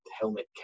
helmet